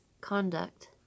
conduct